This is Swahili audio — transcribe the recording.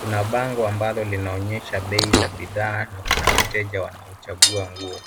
kuna bango ambalo linaonyesha bei ya bidhaa na kuna wateja wanaochagua nguo.